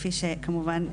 כפי שכמובן,